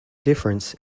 difference